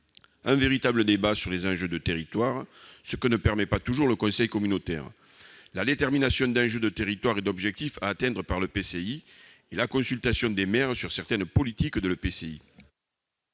un véritable débat sur les enjeux de territoire, ce que ne permet pas toujours le conseil communautaire, la détermination d'enjeux de territoire et d'objectifs à atteindre par l'EPCI et la consultation des maires sur certaines politiques de l'EPCI.